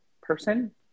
person